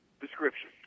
description